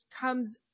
comes